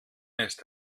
ist